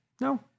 No